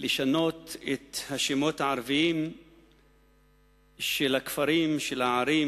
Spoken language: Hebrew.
לשנות את השמות הערביים של הכפרים, של הערים,